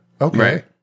Okay